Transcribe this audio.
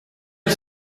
est